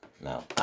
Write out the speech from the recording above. no